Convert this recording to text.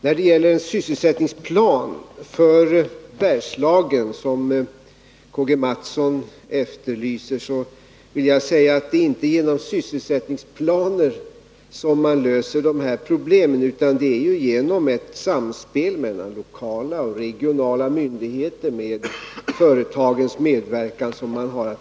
Beträffande en sysselsättningsplan för Bergslagen, som K.-G. Mathsson efterlyser, vill jag säga att det inte är genom sysselsättningsplaner som man löser de här problemen, utan det skall ske genom ett samspel mellan lokala och regionala myndigheter och genom företagens medverkan.